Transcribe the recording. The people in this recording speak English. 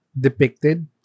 depicted